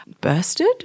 bursted